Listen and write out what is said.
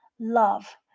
Love